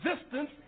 existence